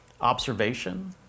Observation